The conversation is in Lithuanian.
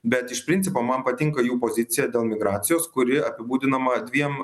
bet iš principo man patinka jų pozicija dėl migracijos kuri apibūdinama dviem